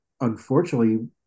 unfortunately